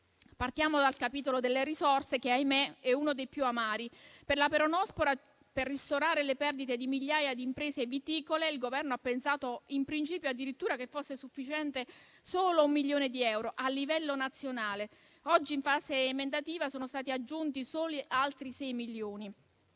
Partiamo dal capitolo delle risorse che - ahimè - è uno dei più amari. Per la peronospora, per ristorare le perdite di migliaia di imprese viticole, il Governo ha pensato, in principio, che fosse addirittura sufficiente solo un milione di euro a livello nazionale. Oggi, in fase emendativa, sono stati aggiunti solo altri sei milioni.